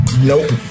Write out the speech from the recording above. nope